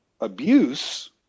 abuse